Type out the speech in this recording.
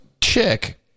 chick